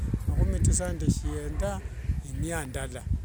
Makhumi tisa ndeshienda imia ndala.